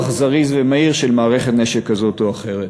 זריז ומהיר של מערכת נשק כזאת או אחרת.